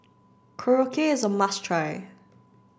korokke is a must try